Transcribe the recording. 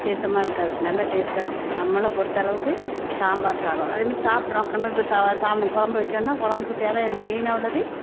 வித்தியாசமாக இருக்கும் அது நல்லா டேஸ்ட்டாக இருக்கும் நம்மளை பொறுத்த அளவுக்கு சாம்பார் சாதம் அதே மாதிரி சாப்புடுறோம் நம்ம இப்போ ச சாம கொழம்பு வைக்கணும்னா கொழம்புக்கு தேவையான மெயினாக உள்ளது